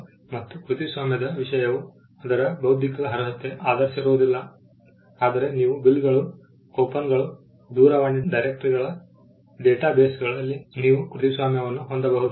ಮತ್ತೆ ಕೃತಿಸ್ವಾಮ್ಯದ ವಿಷಯವು ಅದರ ಬೌದ್ಧಿಕ ಅರ್ಹತೆಯನ್ನು ಆಧರಿಸಿರುವುದಿಲ್ಲ ಆದರೆ ನೀವು ಬಿಲ್ಗಳು ಕೂಪನ್ಗಳು ದೂರವಾಣಿ ಡೈರೆಕ್ಟರಿಗಳ ಡೇಟಾಬೇಸ್ಗಳಲ್ಲಿ ನೀವು ಕೃತಿಸ್ವಾಮ್ಯವನ್ನು ಹೊಂದಬಹುದು